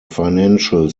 financial